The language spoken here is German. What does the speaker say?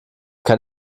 kein